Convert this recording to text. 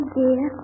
dear